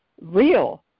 real